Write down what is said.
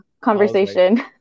conversation